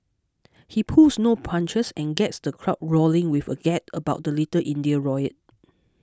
he pulls no punches and gets the crowd roaring with a gag about the Little India riot